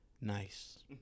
Nice